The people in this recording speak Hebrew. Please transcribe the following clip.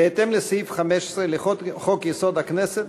בהתאם לסעיף 15 לחוק-יסוד: הכנסת,